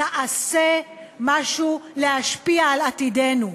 תעשה משהו להשפיע על עתידנו.